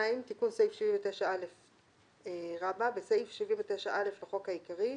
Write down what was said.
תיקון סעיף 79א 2. בסעיף 79א לחוק העיקרי,